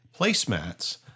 placemats